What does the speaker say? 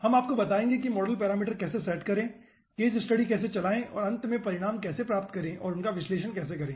हम आपको दिखाएंगे कि मॉडल पैरामीटर कैसे सेट करें केस स्टडी कैसे चलाएं और अंत में परिणाम कैसे प्राप्त करें और उनका विश्लेषण कैसे करें